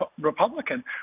Republican